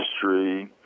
history